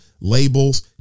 labels